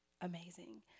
amazing